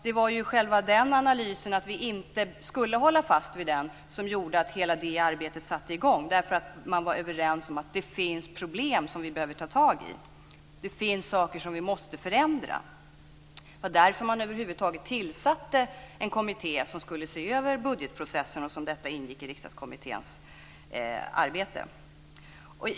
Det var analysen att inte hålla fast vid den nuvarande ordningen som gjorde att arbetet satte i gång. Man var överens om att det finns problem som behöver åtgärdas. Det finns saker som måste förändras. Det var därför man över huvud taget tillsatte en kommitté som skulle se över budgetprocessen, och den ingick i Riksdagskommitténs arbete.